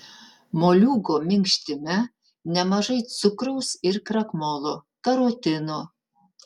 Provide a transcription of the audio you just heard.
moliūgo minkštime nemažai cukraus ir krakmolo karotino